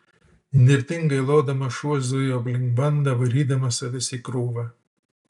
įnirtingai lodamas šuo zujo aplink bandą varydamas avis į krūvą